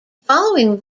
following